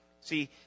see